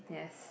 yes